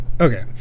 Okay